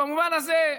במובן הזה,